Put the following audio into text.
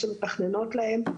עמותות השמאל שמתכננות להם,